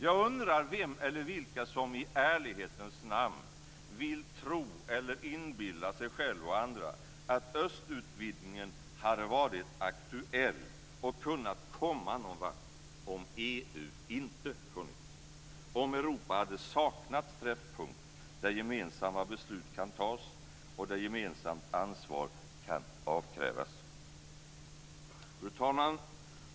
Jag undrar vem eller vilka som i ärlighetens namn vill tro eller inbilla sig själv och andra att östutvidgningen hade varit aktuell och kunnat komma någon vart om EU inte funnits, om Europa hade saknat träffpunkt där gemensamma beslut kan fattas och där gemensamt ansvar kan avkrävas. Fru talman!